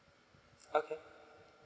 okay